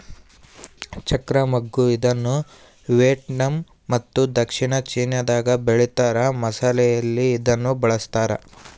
ಚಕ್ತ್ರ ಮಗ್ಗು ಇದನ್ನುವಿಯೆಟ್ನಾಮ್ ಮತ್ತು ದಕ್ಷಿಣ ಚೀನಾದಾಗ ಬೆಳೀತಾರ ಮಸಾಲೆಯಲ್ಲಿ ಇದನ್ನು ಬಳಸ್ತಾರ